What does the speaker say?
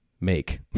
make